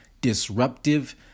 disruptive